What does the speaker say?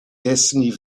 destiny